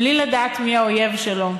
בלי לדעת מי האויב שלו,